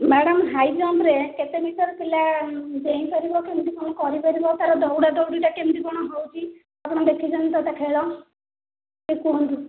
madam high ଜମ୍ପରେ କେତେ metre ପିଲା ଡେଇଁପାରିବ କେମିତି କଣ କରିପାରିବ ତା ର ଦୌଡ଼ାଦୌଡ଼ି ଟା କେମିତି କଣ ହେଉଛି ଆପଣ ଦେଖିଛନ୍ତି ତ ତା ଖେଳ ଟିକିଏ କୁହନ୍ତୁ